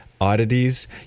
Oddities